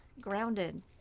grounded